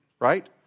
right